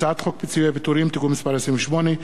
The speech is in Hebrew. הצעת חוק פיצויי פיטורים (תיקון מס' 28)